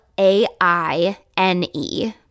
A-I-N-E